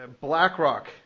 BlackRock